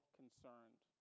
concerned